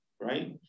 right